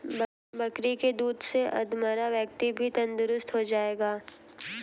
बकरी के दूध से अधमरा व्यक्ति भी तंदुरुस्त हो जाएगा